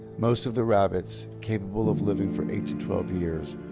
most of the rabbits, capable of living for eight twelve years,